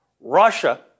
Russia